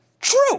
True